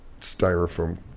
styrofoam